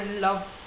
love